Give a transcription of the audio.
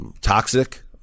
Toxic